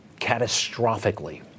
catastrophically